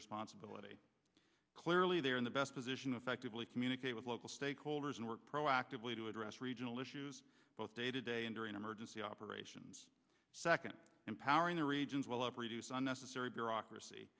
responsibility clearly they are in the best position affectively communicate with local stakeholders and work proactively to address regional issues both day to day and during emergency operations second empowering the regions while up reduce unnecessary bureaucracy